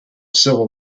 civil